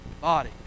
body